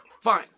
Fine